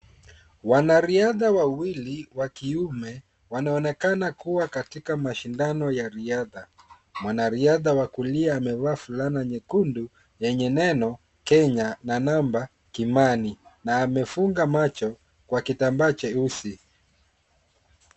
Wanariadha wawili wa kiume wanaonekana kuwa katika mashindano ya riadha. Mwanariadha wa kulia amevaa fulana nyekundu yenye neno Kenya na namba Kimani na amefunga macho kwa kitambaa cheusi.